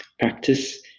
practice